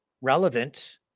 relevant